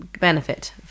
benefit